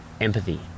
empathy